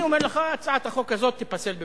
אני אומר לך, הצעת החוק הזאת תיפסל בבג"ץ.